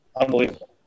unbelievable